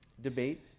debate